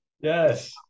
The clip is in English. yes